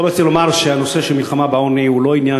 אני רוצה לומר שהנושא של מלחמה בעוני הוא לא עניין